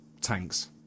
tanks